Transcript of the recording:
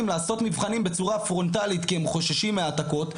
לעשות מבחנים בצורה פרונטלית כי הם חוששים מהעתקות,